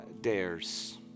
dares